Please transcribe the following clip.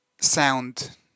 sound